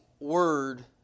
Word